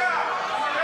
רגע.